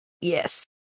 Yes